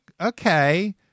okay